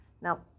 Now